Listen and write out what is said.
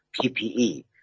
PPE